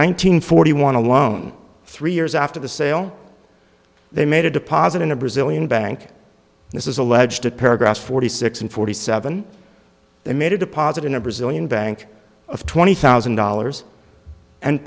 hundred forty one alone three years after the sale they made a deposit in a brazilian bank and this is alleged at paragraph forty six and forty seven they made a deposit in a brazilian bank of twenty thousand dollars and